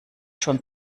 schon